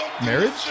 marriage